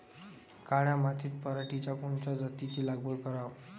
काळ्या मातीत पराटीच्या कोनच्या जातीची लागवड कराव?